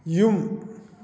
ꯌꯨꯝ